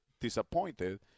disappointed